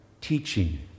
Teaching